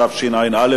התשע"א 2011,